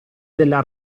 della